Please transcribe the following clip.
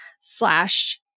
slash